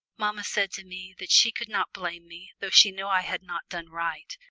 mamma said to me that she could not blame me though she knew i had not done right,